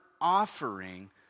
offering